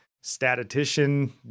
statistician